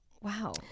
Wow